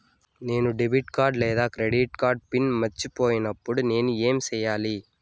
నేను debit card లేదా credit card PIN మర్చిపోయినప్పుడు నేను ఏమి సెయ్యాలి?